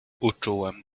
uczułem